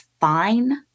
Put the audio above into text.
fine